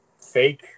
fake